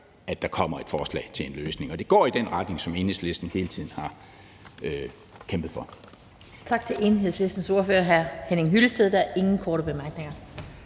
at der kommer et forslag til en løsning, og det går i den retning, som Enhedslisten hele tiden har kæmpet for.